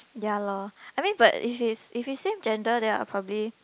ya lor I mean but if it's if it's same gender then I'll probably